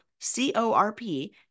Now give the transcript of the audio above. C-O-R-P